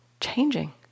changing